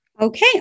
Okay